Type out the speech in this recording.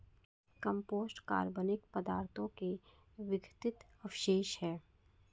compost कार्बनिक पदार्थों के विघटित अवशेष हैं